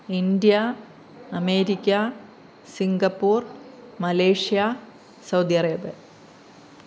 India America Singapore Malaysia Saudi Arabia